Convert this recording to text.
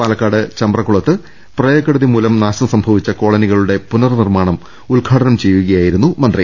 പാലക്കാട് ചമ്പ്ര ക്കുളത്ത് പ്രളയക്കെടുതിമൂലം നാശം സംഭവിച്ച കോളനിക ളുടെ പുനർ നിർമ്മാണം ഉദ്ഘാടനം ചെയ്യുകയായിരുന്നു മന്ത്രി